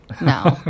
No